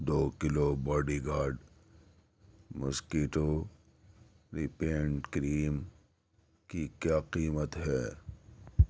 دو kilo body guard mosquito repellent cream کی کیا قیمت ہے